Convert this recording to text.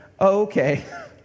okay